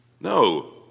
No